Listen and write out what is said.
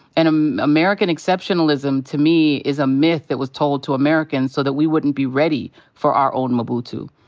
and um american exceptionalism to me is a myth that was told to americans so that we wouldn't be ready for our own mobutu.